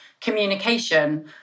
communication